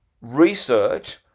research